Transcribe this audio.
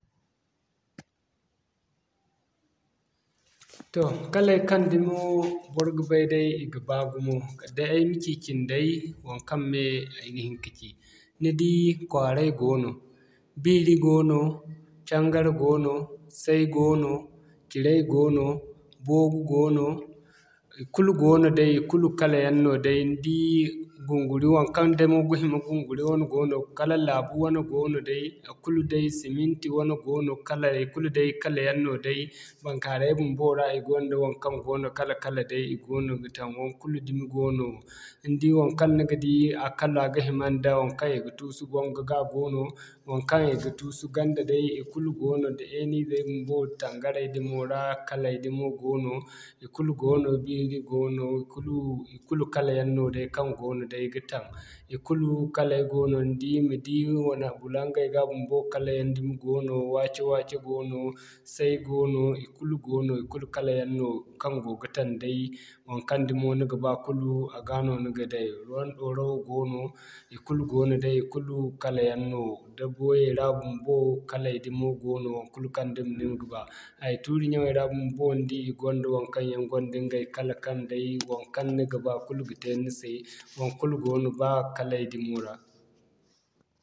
Toh kalay kaŋ dumo bor ga bay day i ga baa gumo. Kala day ay ma ci cinday waŋkaŋ yaŋ ay ga hin ka ci. Ni di kwaaray goono, Biiri goono, Cangare goono, Say goono, Ciray goono, Boogu goono, haikulu goono day ikulu kala yaŋ no day ni di gunguri waŋkaŋ day ga hima gunguri wane goono, kala laabu wane goono day a kulu day siminti wane goono kala ikulu day kala yaŋ no day baŋkaaray bumbo ra i ganda waŋkaŋ goono kala-kala day i goono ga taŋ. Waŋkul dumi goono ni di waŋkaŋ ni ga di a kala ga hima nda waŋkaŋ i ga tuusu boŋgo ga a goono, waŋkaŋ i ga tuusu ganda dai haikulu goono day yeeni izey bumbo tangarey din mo ra kalay dumo goono. Ikulu goono, Biiri goono, ikulu, ikulu kala yaŋ nooday kaŋ goono day ga taŋ. Ikulu kalay goono ni di ma di wana bulaŋgay ga bumbo kala yaŋ dumi goono, wace-wace goono, Say goono, ikulu goono ikulu kala yaŋ no kaŋ go ga taŋ day, waŋkaŋ dumo ni ga ba kulu a ga no ni ga day. Waraw goono, ikulu goono day ikulu kala yaŋ no. Da booyi ra bumbo kalay dumay goono, ikulu kaŋ dumi ni ga ba hay tuuri ɲyaŋey ra bumbo ni di i gonda waŋkaŋ yaŋ gonda ɲgay kala kaŋ day waŋkaŋ ni ga ba kulu ga te ni se, waŋkul goono ba kalay dumo ra.